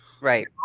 Right